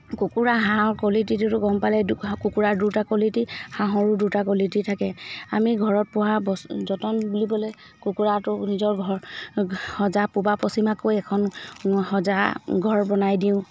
কুকুৰা হাঁহৰ কোৱালিটিটো গম পালে কুকুৰাৰ দুটা কোৱালিটি হাঁহৰো দুটা কোৱালিটি থাকে আমি ঘৰত পোহা বছ যতন বুলিবলৈ কুকুৰাটো নিজৰ ঘৰ সজা পূবা পশ্চিমাকৈ এখন সজা ঘৰ বনাই দিওঁ